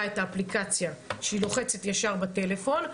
את האפליקציה שהאחות לוחצת ישר בטלפון,